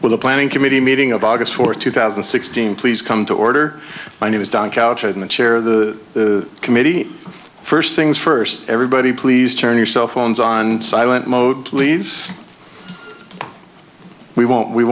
well the planning committee meeting about this for two thousand and sixteen please come to order my name is don couch and the chair of the committee first thing's first everybody please turn your cell phones on silent mode please we won't we